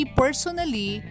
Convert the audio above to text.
personally